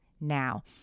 Now